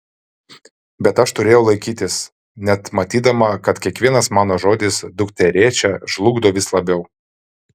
bet aš turėjau laikytis net matydama kad kiekvienas mano žodis dukterėčią žlugdo vis labiau